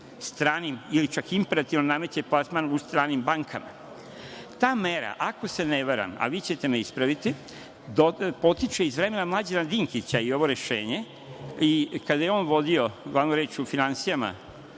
stranim ili čak imperativno nameće plasman u stranim bankama. Ta mera, ako se ne varam, a vi ćete me ispraviti, potiče iz vremena Mlađana Dinkića kada je on vodio glavnu reč o finansijama,